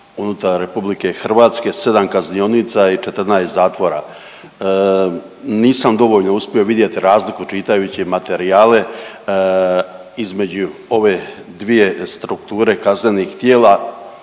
unutar RH 7 kaznionica i 14 zatvora. Nisam dovoljno uspio vidjeti razliku čitajući materijale između ove dvije strukture kaznenih tijela,